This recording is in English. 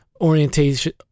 orientation